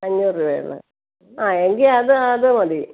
അഞ്ഞൂറ് രൂപയേ ഉള്ളോ ആ എങ്കിൽ അത് അത് മതി